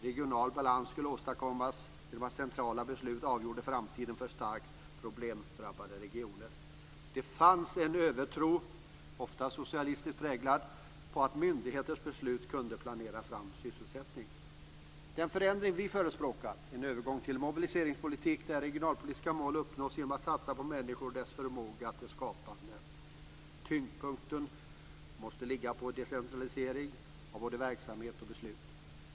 Regional balans skulle åstadkommas genom centrala beslut som avgjorde framtiden för starkt problemdrabbade regioner. Det fanns en övertro, ofta socialistiskt präglad, på att man genom myndigheters beslut kunde planera fram sysselsättning. Den förändring som vi förespråkar är en övergång till mobiliseringspolitik där regionalpolitiska mål uppnås genom att man satsar på människor och deras förmåga till skapande. Tyngdpunkten måste ligga på decentralisering av både verksamhet och beslut.